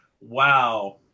wow